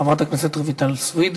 חברת הכנסת רויטל סויד.